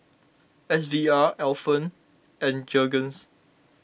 S V R Alpen and Jergens